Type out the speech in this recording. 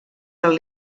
del